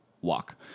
walk